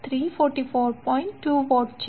2 watt છે